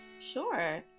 Sure